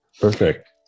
Perfect